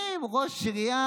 אני ראש עירייה